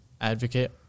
advocate